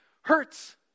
hurts